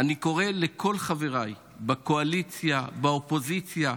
אני קורא לכל חבריי בקואליציה, באופוזיציה,